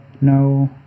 no